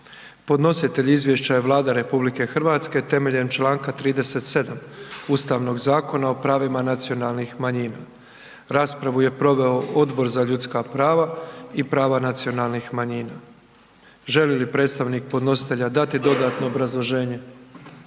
Predlagatelj izvješća je Vlada RH temeljem čl. 37. Ustavnog Zakona o pravima nacionalnih manjina. Raspravu je proveo Odbor za ljudska prava i prava nacionalnih manjina. Želi li predstavnik podnositelja dati dodatno obrazloženje?